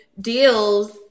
deals